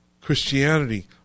Christianity